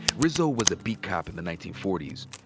rizzo was a beat cop in the nineteen forty s,